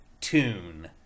Tune